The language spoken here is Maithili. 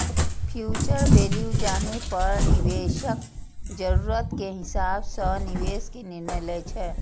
फ्यूचर वैल्यू जानै पर निवेशक जरूरत के हिसाब सं निवेश के निर्णय लै छै